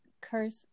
curse